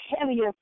heavier